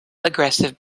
aggressive